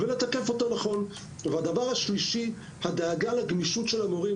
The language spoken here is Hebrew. הדבר השלישי, הדאגה לגמישות המורים.